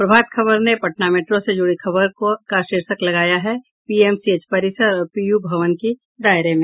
प्रभात खबर ने पटना मेट्रो से जुड़ी खबर का शीर्षक लगाया है पीएमसीएच परिसर और पीयू भवन भी दायरे में